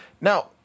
Now